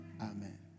amen